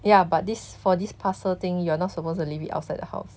ya but this for this parcel thing you're not supposed to leave it outside the house